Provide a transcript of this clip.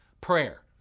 prayer